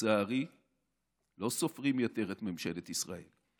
לצערי לא סופרים יותר את ממשלת ישראל,